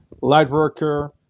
Lightworker